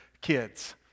kids